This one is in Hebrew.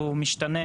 והוא משתנה,